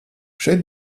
šeit